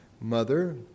mother